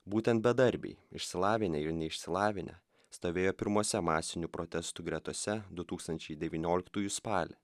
būtent bedarbiai išsilavinę ir išsilavinę stovėjo pirmose masinių protestų gretose du tūkstančia devynioliktųjų spalį